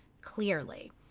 clearly